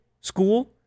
school